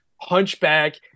hunchback